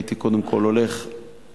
הייתי קודם כול הולך לצפון,